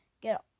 get